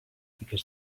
because